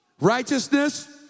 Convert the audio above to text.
righteousness